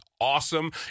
awesome